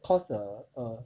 cause err a